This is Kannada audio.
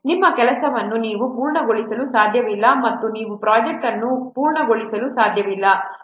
ನಿಮ್ಮ ಕೆಲಸವನ್ನು ನೀವು ಪೂರ್ಣಗೊಳಿಸಲು ಸಾಧ್ಯವಿಲ್ಲ ಮತ್ತು ನೀವು ಪ್ರೊಜೆಕ್ಟ್ ಅನ್ನು ಪೂರ್ಣಗೊಳಿಸಲು ಸಾಧ್ಯವಿಲ್ಲ